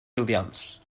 williams